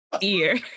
Ear